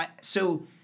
so-